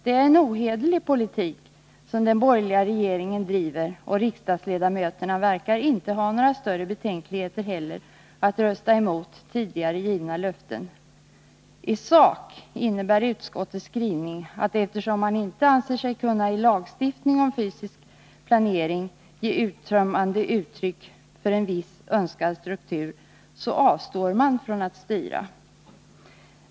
Det är en ohederlig politik som den borgerliga regeringen driver, och riksdagsledamöterna verkar inte heller ha några större betänkligheter att rösta emot tidigare givna löften. I sak innebär utskottets skrivning, att eftersom man inte anser sig kunna i lagstiftning om fysisk planering ge uttömmande uttryck för en viss önskad struktur, avstår man ifrån att styra.